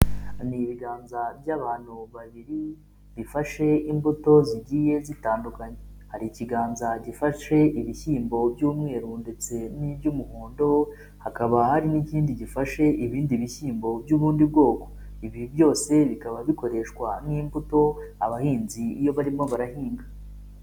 Ni ibiganza by'abantu babiri bifashe imbuto zigiye zitandukanye, hari ikiganza gifashe ibishyimbo by'umweru ndetse n'iby'umuhondo, hakaba hari n'ikindi gifashe ibindi bishyimbo by'ubundi bwoko, ibi byose bikaba bikoreshwa nk'imbuto abahinzi iyo barimo barahinga.